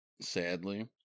sadly